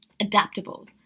adaptable